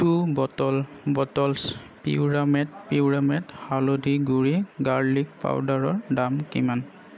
two bottle bottles পিউৰামেট পিউৰামেট হালধি গুড়ি গাৰ্লিক পাউদাৰৰ দাম কিমান